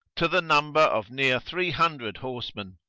to the number of near three hundred horsemen,